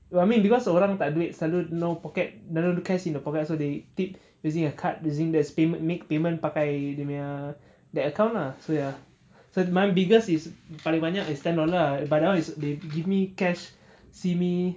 well I mean because tak ada duit selalu no pocket n~ no cash in the pocket so they tip using a card using the payment make payment pakai dia punya that account lah so ya so my biggest is paling banyak is ten dollar ah lah but now is they give me cash see me